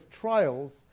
trials